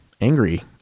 angry